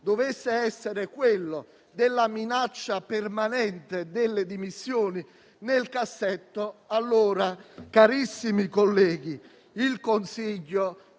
dovesse essere quello della minaccia permanente delle dimissioni nel cassetto, allora - carissimi colleghi - il consiglio